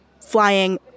flying